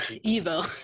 evil